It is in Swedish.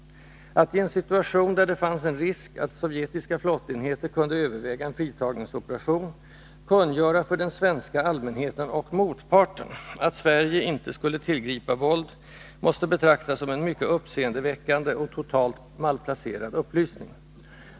Att i en situation, där det fanns en risk att sovjetiska flottenheter kunde överväga en fritagningsoperation, kungöra för den svenska allmänheten — och motparten — att Sverige inte skulle tillgripa våld måste betraktas som en mycket uppseendeväckande och totalt malplacerad upplysning.